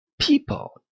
people